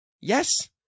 Yes